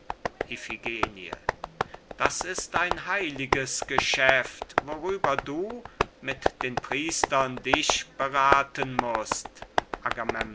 das ist ein heiliges geschäft worüber du mit den priestern dich berathen mußt